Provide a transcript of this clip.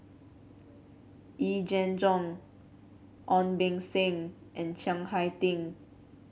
Yee Jenn Jong Ong Beng Seng and Chiang Hai Ding